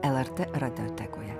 lrt radiotekoje